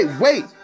wait